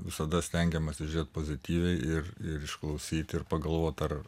visada stengiamasi žiūrėt pozityviai ir išklausyt ir pagalvot ar